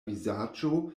vizaĝo